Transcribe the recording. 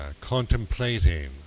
contemplating